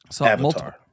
Avatar